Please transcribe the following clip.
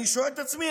אני שואל את עצמי,